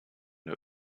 der